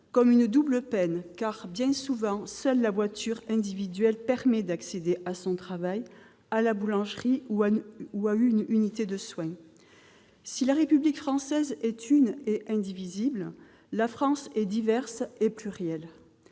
comme une double peine, car, bien souvent, seule la voiture individuelle permet d'accéder à son travail, à la boulangerie ou à une unité de soins. Si la République française est une et indivisible, la France est diverse et plurielle.